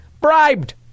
bribed